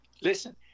listen